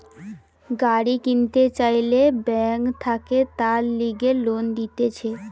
গাড়ি কিনতে চাইলে বেঙ্ক থাকে তার লিগে লোন দিতেছে